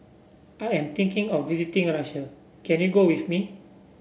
I am taking of visiting a Russia can you go with me